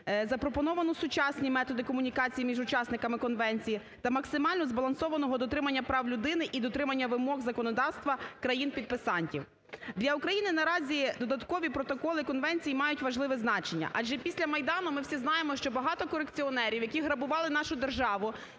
запропоновано сучасні методи комунікації між учасниками конвенції та максимально збалансованого дотримання прав людини і дотримання вимог законодавства країн-підписантів. Для України наразі додаткові протоколи конвенції мають важливе значення. Адже після Майдану ми всі знаємо, що багато корупціонерів, які грабували нашу державу,